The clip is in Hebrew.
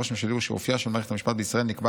הרושם שלי הוא שאופייה של מערכת המשפט בישראל נקבע